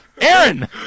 Aaron